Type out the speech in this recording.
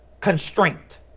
constraint